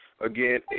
Again